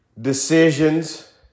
decisions